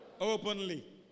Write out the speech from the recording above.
Openly